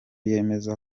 yemeza